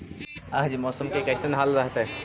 आज मौसम के कैसन हाल रहतइ?